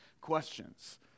questions